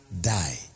die